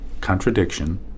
contradiction